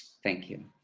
thank you.